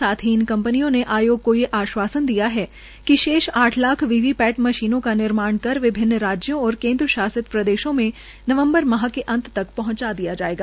साथ ही दोनों कंपनियों ने आयोग को ये आश्वासन दिया है कि शेष आठ लाख वी वी पैट मशीनों का निर्माण कर विभिन्न राज्यों और केन्द्र शासित प्रदेशों में नवम्बर माह के अंत तक पहंचा दिया जायेगा